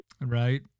right